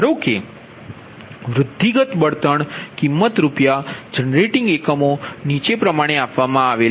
ધારો કે વૃદ્ધિગત બળતણ કિંમત રૂપિયા જનરેટિંગ એકમો નીચે આપવામાં આવેલ છે